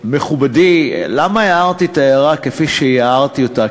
מכובדי, למה הערתי את ההערה כפי שהערתי אותה?